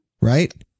Right